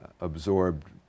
absorbed